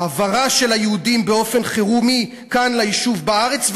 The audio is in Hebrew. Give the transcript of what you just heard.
העברה של היהודים באופן חירום כאן ליישוב בארץ,